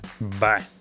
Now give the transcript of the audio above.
Bye